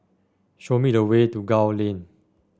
show me the way to Gul Lane